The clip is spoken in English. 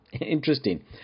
Interesting